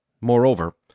Moreover